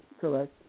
Correct